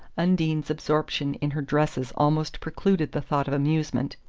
undine's absorption in her dresses almost precluded the thought of amusement.